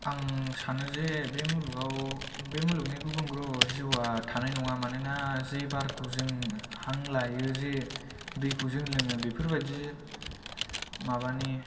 आं सानो जे बे मुलुगाव बे मुलुगनि गुबुन ग्रह'वाव जिउआ थानाय नङा मानोना जे बारखौ जों हां लायो जे दैखौ जों लोङो बेफोरबादि माबानि